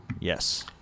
Yes